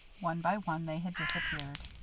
one by one, they had disappeared.